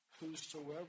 whosoever